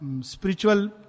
spiritual